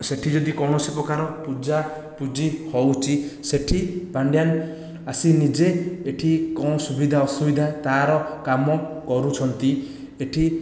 ସେଠି ଯଦି କୌଣସି ପ୍ରକାର ପୂଜା ପୂଜି ହେଉଛି ସେଠି ପାଣ୍ଡିଆନ ଆସି ନିଜେ ଏଠି କ'ଣ ସୁବିଧା ଅସୁବିଧା ତା'ର କାମ କରୁଛନ୍ତି ଏଠି